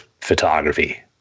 photography